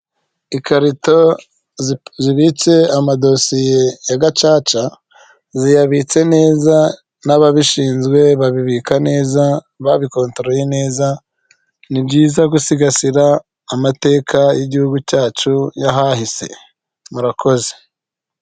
Ikarito zibitse amadosiye ya gacaca, ziyabitse neza, n'ababishinzwe babibika neza, babikontoroye neza, ni byiza gusigasira amateka y'igihugu cyacu y'ahahise. Murakoze.